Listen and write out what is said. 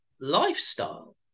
lifestyle